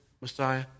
Messiah